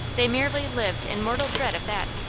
they merely lived in mortal dread of that.